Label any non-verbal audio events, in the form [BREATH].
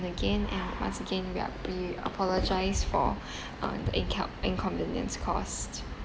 again and once again we are we apologise for [BREATH] um the incon~ inconvenience caused